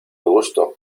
gusto